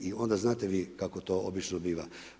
I onda znate vi, kako to obično biva.